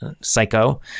psycho